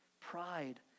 pride